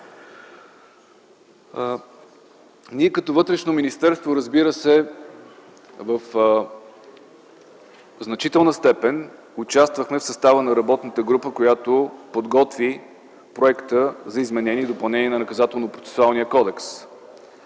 Като Вътрешно министерство ние в значителна степен участвахме в състава на работната група, която подготви Проекта за изменение и допълнение на Наказателно-процесуалния кодекс.